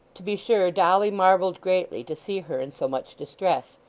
to be sure dolly marvelled greatly to see her in so much distress,